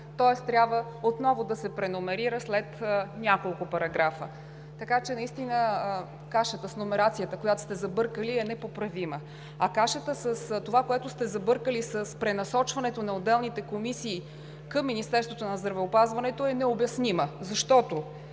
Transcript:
тоест трябва отново да се преномерира след няколко параграфа. Така че наистина кашата с номерацията, която сте забъркали, е непоправима. А кашата с това, което сте забъркали с пренасочването на отделните комисии към Министерството на здравеопазването, е необяснима. Защото